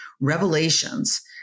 revelations